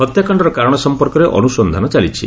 ହତ୍ୟାକାଣ୍ଡର କାରଣ ସଂପର୍କରେ ଅନୁସନ୍ଧାନ ଚାଲିଛି